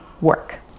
work